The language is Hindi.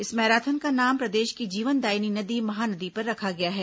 इस मैराथन का नाम प्रदेश की जीवनदायिनी नदी महानदी पर रखा गया है